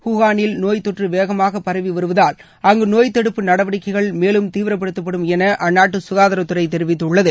ஹூகானில் நோய் தொற்று வேகமாக பரவி வருவதால் அங்கு நோய் தடுப்பு நடவடிக்கைகள் மேலும் தீவிரப்படுத்தப்படும் என அந்நாட்டு சுகாதாரத்துறை தெரிவித்துள்ளது